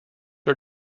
are